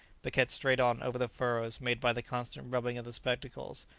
but kept straight on over the furrows made by the constant rubbing of the spectacles,